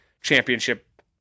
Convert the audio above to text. championship